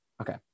okay